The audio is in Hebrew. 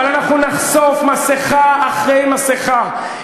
אבל אנחנו נחשוף מסכה אחרי מסכה,